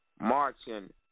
Marching